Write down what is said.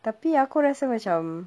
tapi aku rasa macam